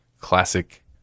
classic